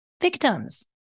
victims